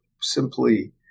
simply